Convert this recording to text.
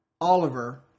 Oliver